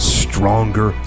stronger